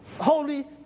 Holy